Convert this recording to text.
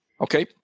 Okay